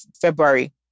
February